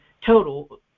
total